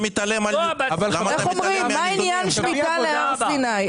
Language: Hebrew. איך אומרים - מה עניין שמיטה להר סיני?